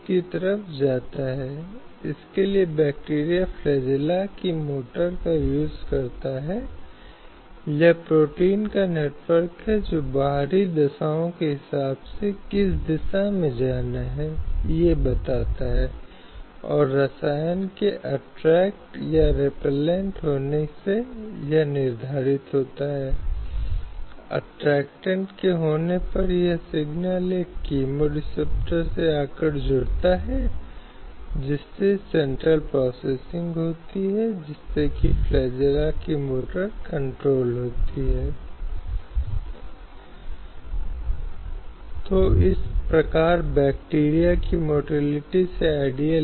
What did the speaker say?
इसलिए यहां भी यह मुद्दा फिर से व्यक्तिगत कानूनों पर आ गया जिसे सर्वोच्च न्यायालय ने यह कहने की कोशिश की कि इस तरह के धर्मान्तरण जो केवल दूसरी शादी के अनुबंध के उद्देश्य से किये जाते हैं को वैध नहीं कहा जा सकता है और अर्थात पहली पत्नी वह अभी भी उस धर्म के साथ शासित होगी जिसमें वह पहले से था और इसलिए यदि उस धर्म ने दूसरी शादी की अनुमति नहीं दी तो वह एक बड़े अपराध के लिए उत्तरदायी होगा